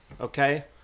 Okay